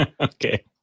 Okay